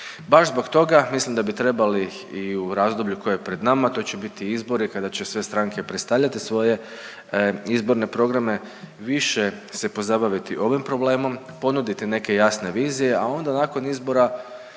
Baš zbog toga mislim da bi trebali i u razdoblju koje je pred nama, to će biti izbori, kada će sve stranke predstavljati svoje izborne programe više se pozabaviti ovim problemom, ponuditi neke jasne vizije, a onda nakon izbora